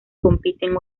compiten